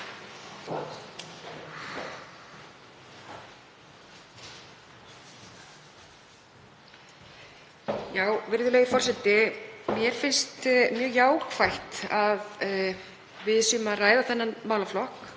Virðulegur forseti. Mér finnst mjög jákvætt að við séum að ræða þennan málaflokk,